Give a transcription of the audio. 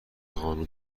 قانون